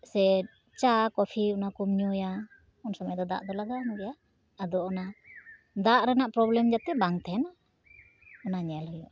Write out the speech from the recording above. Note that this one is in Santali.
ᱥᱮ ᱪᱟ ᱠᱚᱯᱷᱤ ᱚᱱᱟ ᱠᱚᱢ ᱧᱩᱭᱟ ᱩᱱ ᱥᱚᱢᱚᱭ ᱫᱚ ᱫᱟᱜ ᱫᱚ ᱞᱟᱜᱟᱣ ᱢᱮᱜᱮᱭᱟ ᱟᱫᱚ ᱚᱱᱟ ᱫᱟᱜ ᱨᱮᱱᱟᱜ ᱯᱨᱚᱵᱽᱞᱮᱢ ᱡᱟᱛᱮ ᱵᱟᱝ ᱛᱟᱦᱮᱱᱟ ᱚᱱᱟ ᱧᱮᱞ ᱦᱩᱭᱩᱜᱼᱟ